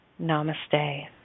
Namaste